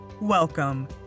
Welcome